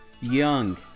Young